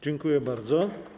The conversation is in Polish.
Dziękuję bardzo.